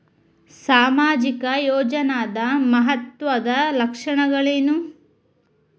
ಸಾಮಾಜಿಕ ಯೋಜನಾದ ಮಹತ್ವದ್ದ ಲಕ್ಷಣಗಳೇನು?